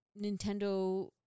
Nintendo